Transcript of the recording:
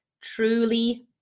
truly